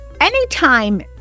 anytime